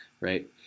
right